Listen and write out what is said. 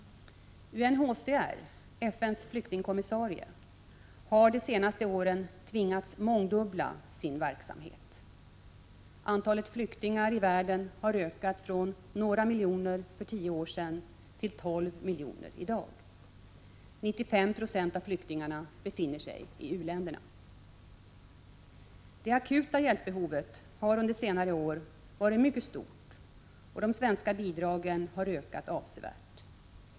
UNHCR, FN:s flyktingkommissarie, har de senaste åren tvingats mångdubbla sin verksamhet. Antalet flyktingar i världen har ökat från några miljoner för tio år sedan till 12 miljoner i dag. 95 90 av flyktingarna befinner sig i u-länder. Det akuta hjälpbehovet har under senare år varit mycket stort, och de svenska bidragen har ökat avsevärt.